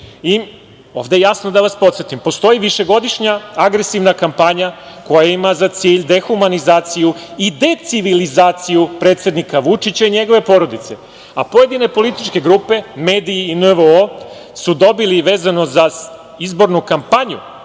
i ovde jasno, da vas podsetim, postoji višegodišnja agresivna kampanja koja ima za cilj dehumanizaciju i decivilizaciju predsednika Vučića i njegove porodice. Pojedine političke grupe, mediji i NVO su dobili, vezano za izbornu kampanju,